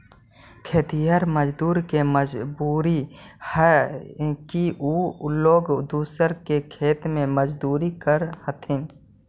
खेतिहर मजदूर के मजबूरी हई कि उ लोग दूसर के खेत में मजदूरी करऽ हथिन